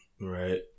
Right